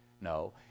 no